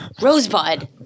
Rosebud